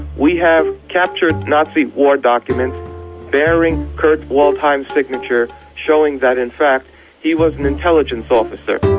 we have captured nazi war documents bearing kurt waldheim's signature showing that in fact he was an intelligence officer.